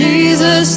Jesus